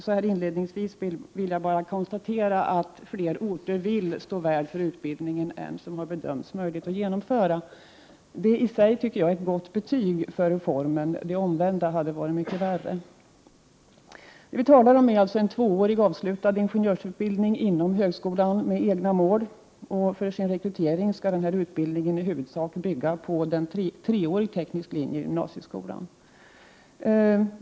Så här inledningsvis vill jag bara konstatera att fler orter vill stå värd för utbildningen än vad som har bedömts vara möjligt att genomföra. Detta tycker jag i och för sig är ett gott betyg åt reformen. Det omvända hade varit mycket värre. Det vi talar om är alltså en tvåårig, avslutad ingenjörsutbildning inom högskolan med egna mål. För sin rekrytering skall utbildningen i huvudsak bygga på treårig teknisk linje i gymnasieskolan.